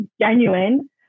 genuine